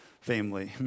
family